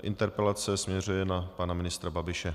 Interpelace směřuje na pana ministra Babiše.